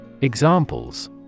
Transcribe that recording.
Examples